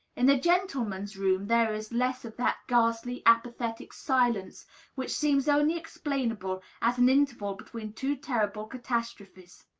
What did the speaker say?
in the gentlemen's room there is less of that ghastly, apathetic silence which seems only explainable as an interval between two terrible catastrophes.